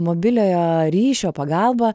mobiliojo ryšio pagalba